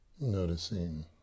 noticing